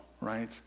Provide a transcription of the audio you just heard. right